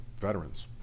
veterans